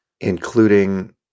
including